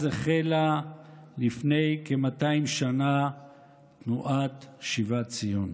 החלה לפני כ-200 שנה תנועת שיבת ציון.